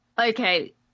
Okay